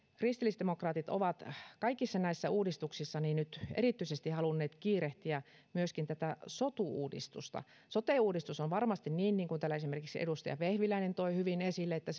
kristillisdemokraatit ovat kaikissa näissä uudistuksissa nyt erityisesti halunneet kiirehtiä myöskin tätä sotu uudistusta on varmasti niin niin kuin täällä esimerkiksi edustaja vehviläinen toi hyvin esille että